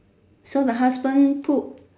so the husband put